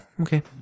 Okay